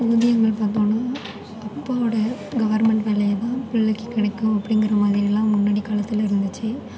குழந்தைங்கள் பார்த்தோனா அப்பாவோட கவர்மெண்ட் வேலையை தான் பிள்ளைக்கும் கிடைக்கும் அப்படிங்கிற மாதிரிலாம் முன்னடி காலத்தில் இருந்துச்சு